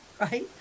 right